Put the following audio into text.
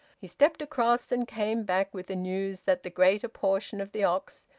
he stepped across, and came back with the news that the greater portion of the ox,